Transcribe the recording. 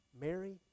Mary